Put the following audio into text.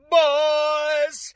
boys